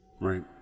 Right